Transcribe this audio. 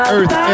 Earth